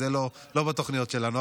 זה לא בתוכניות שלנו,